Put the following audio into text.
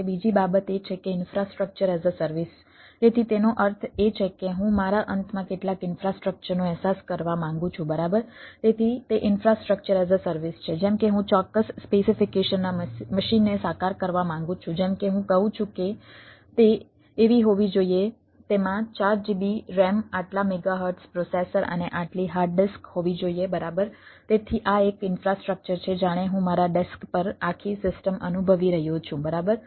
બીજી બાબત એ છે કે ઇન્ફ્રાસ્ટ્રક્ચર એઝ અ સર્વિસ પર આખી સિસ્ટમ અનુભવી રહ્યો છું બરાબર